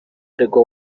aregwa